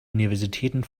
universitäten